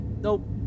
nope